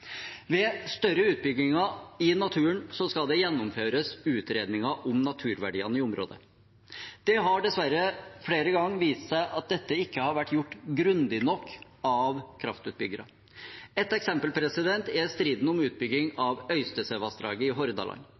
Ved større utbygginger i naturen skal det gjennomføres utredninger om naturverdiene i området. Det har dessverre flere ganger vist seg at dette ikke har vært gjort grundig nok av kraftutbyggere. Et eksempel er striden om utbygging av Øystesevassdraget i Hordaland.